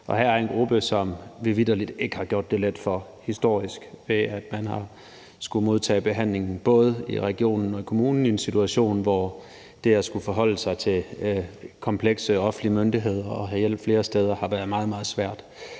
er der en gruppe, som vi vitterlig ikke har gjort det let for historisk, ved at man har skullet modtage behandlingen både i regionen og i kommunen i en situation, hvor det at skulle forholde sig til komplekse offentlige myndigheder og have hjælp flere steder har været meget, meget